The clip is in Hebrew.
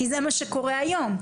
זה הרי מה שקורה היום.